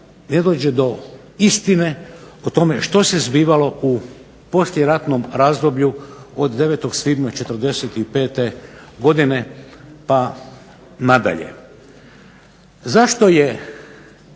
ne dođe do istine o tome što se zbivalo u poslijeratnom razdoblju od 9. svibnja '45. godine pa nadalje. Zašto je